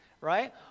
right